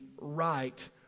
right